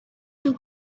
two